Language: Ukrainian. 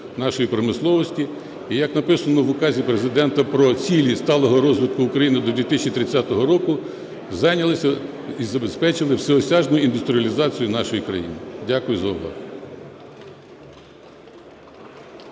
нашої промисловості і, як написано в Указі Президента про Цілі сталого розвитку України до 2030 року, зайнялися і забезпечили всеосяжну індустріалізацію нашої країни. Дякую за увагу.